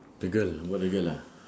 the girl about the girl ah